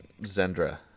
Zendra